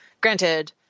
granted